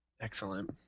Excellent